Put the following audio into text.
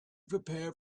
prepared